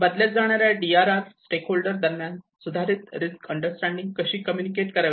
बदलत जाणाऱ्या D R R stakeholder दरम्यान सुधारित रिस्क अंडरस्टँडिंग कशी कम्युनिकेट करावी